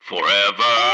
Forever